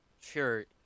Sure